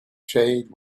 shade